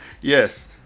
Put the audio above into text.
Yes